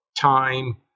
time